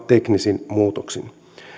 teknisin muutoksin